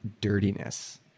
dirtiness